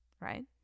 right